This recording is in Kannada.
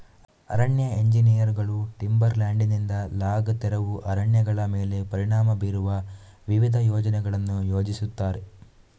ಅರಣ್ಯ ಎಂಜಿನಿಯರುಗಳು ಟಿಂಬರ್ ಲ್ಯಾಂಡಿನಿಂದ ಲಾಗ್ ತೆರವು ಅರಣ್ಯಗಳ ಮೇಲೆ ಪರಿಣಾಮ ಬೀರುವ ವಿವಿಧ ಯೋಜನೆಗಳನ್ನು ಯೋಜಿಸುತ್ತಾರೆ